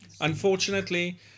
Unfortunately